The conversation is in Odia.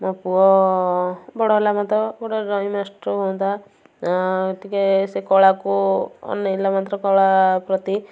ମୋ ପୁଅ ବଡ଼ ହେଲା ଗୋଟେ ଡ୍ରଇଂ ମାଷ୍ଟର ହୁଆନ୍ତା ଟିକେ ସେ କଳାକୁ ମାତ୍ର କଳା ପ୍ରତି